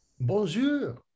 bonjour